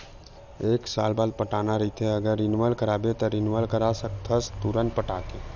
एक साल बाद पटाना रहिथे अगर रिनवल कराबे त रिनवल करा सकथस तुंरते पटाके